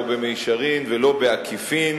לא במישרין ולא בעקיפין,